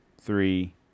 three